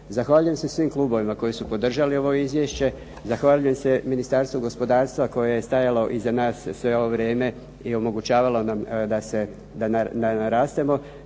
Zahvaljujem se svim klubovima koji su podržali ovo izvješće, zahvaljujem se Ministarstvu gospodarstva koje je stajalo iza nas sve ovo vrijeme i omogućavalo da narastemo,